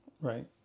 Right